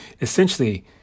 Essentially